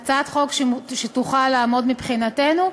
הצעת חוק שתוכל לעמוד מבחינתנו,